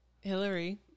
Hillary